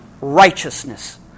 righteousness